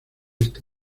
esta